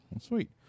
Sweet